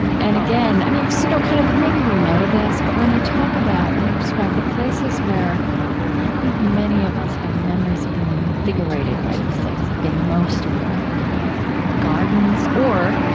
and again, you know kind of maybe we know this, but when you talk about or you describe the places where i think many of us have memories of being invigorated by these things, of being most aware of them, would be gardens or,